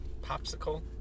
Popsicle